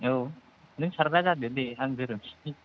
औ नों सारग्रा जादो दे आं गोरोमसै